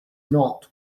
not